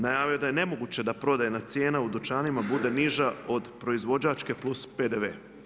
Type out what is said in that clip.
Najavio je da je nemoguće da prodajna cijena u dućanima bude niža od proizvođačke plus PDV.